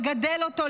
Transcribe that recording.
לגדל אותו,